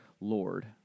Lord